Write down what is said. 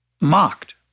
mocked